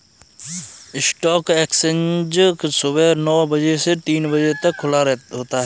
stock exchange सुबह नो बजे से तीन बजे तक खुला होता है